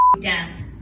death